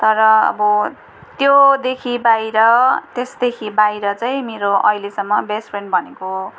तर अब त्योदेखि बाहिर त्यसदेखि बाहिर चाहिँ मेरो अहिलेसम्म बेस्ट फ्रेन्ड भनेको